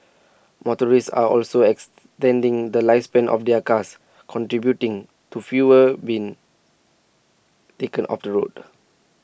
motorists are also extending the lifespan of their cars contributing to fewer being taken off the road